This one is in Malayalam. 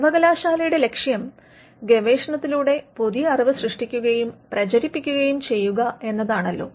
സർവകലാശാലയുടെ ലക്ഷ്യം ഗവേഷണത്തിലൂടെ പുതിയ അറിവ് സൃഷ്ടിക്കുകയും പ്രചരിപ്പിക്കുകയും ചെയ്യുക എന്നതാണല്ലോ